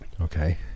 Okay